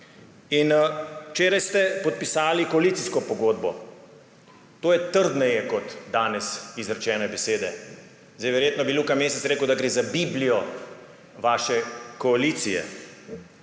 Včeraj ste podpisali koalicijsko pogodbo. To je trdneje kot danes izrečene besede. Verjetno bi Luka Mesec rekel, da gre za biblijo vaše koalicije.